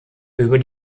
über